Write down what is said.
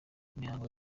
imihango